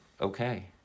okay